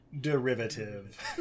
derivative